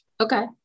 Okay